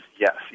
Yes